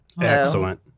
Excellent